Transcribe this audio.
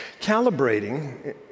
Calibrating